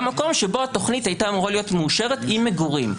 במקום שבו התוכנית הייתה אמורה להיות מאושרת עם מגורים.